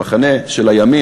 המחנה של הימין,